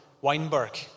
Weinberg